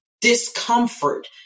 discomfort